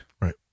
Right